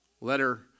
Letter